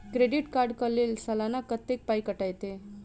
Credit card कऽ लेल सलाना कत्तेक पाई कटतै?